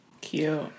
Cute